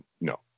no